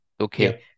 Okay